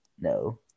No